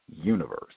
universe